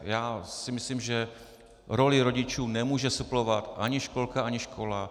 Já si myslím, že roli rodičů nemůže suplovat ani školka ani škola.